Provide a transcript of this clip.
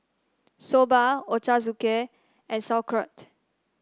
Soba Ochazuke and Sauerkraut